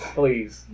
please